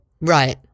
Right